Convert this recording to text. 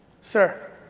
Sir